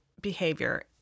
behavior